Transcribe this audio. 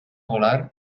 volar